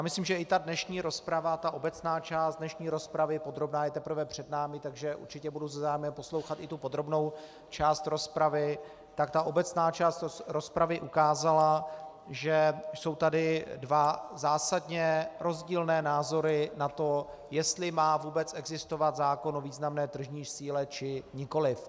Myslím, že i dnešní rozprava, ta obecná část dnešní rozpravy, podrobná je teprve před námi, takže určitě budu se zájmem poslouchat i tu podrobnou část rozpravy, tak obecná část rozpravy ukázala, že jsou tady dva zásadně rozdílné názory na to, jestli má vůbec existovat zákon o významné tržní síle, či nikoliv.